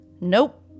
Nope